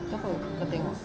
siapa kau tengok